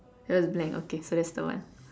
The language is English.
yours is blank okay so that's the one